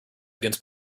about